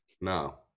no